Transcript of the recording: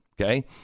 okay